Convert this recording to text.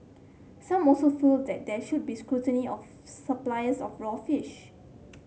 some also felt that there should be scrutiny of suppliers of raw fish